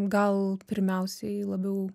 gal pirmiausiai labiau